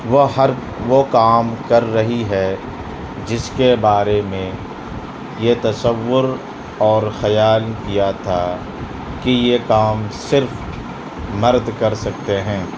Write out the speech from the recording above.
وہ ہر وہ کام کر رہی ہے جس کے بارے میں یہ تصور اور خیال کیا تھا کہ یہ کام صرف مرد کر سکتے ہیں